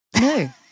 no